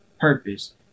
purpose